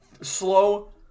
Slow